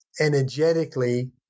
energetically